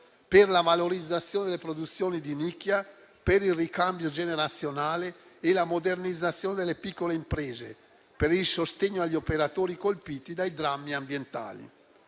per la valorizzazione delle produzioni di nicchia, per il ricambio generazionale e la modernizzazione delle piccole imprese e per il sostegno agli operatori colpiti dai drammi ambientali.